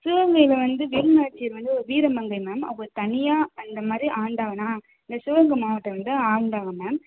சிவகங்கையில வந்து வேலுநாச்சியார் வந்து ஒரு வீர மங்கை மேம் அவங்க தனியா அந்த மாதிரி ஆண்டவனா இந்த சிவகங்கை மாவட்டம் வந்து ஆண்டவ மேம்